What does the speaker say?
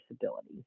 disability